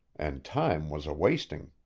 and time was a-wasting.